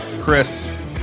Chris